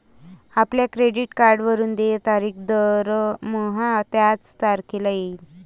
आपल्या क्रेडिट कार्डवरून देय तारीख दरमहा त्याच तारखेला येईल